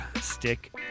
stick